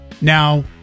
now